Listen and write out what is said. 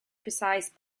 precise